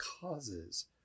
causes